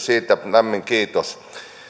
siitä lämmin kiitos